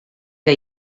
que